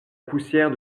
poussière